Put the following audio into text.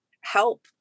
help